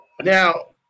Now